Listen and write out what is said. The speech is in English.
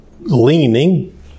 leaning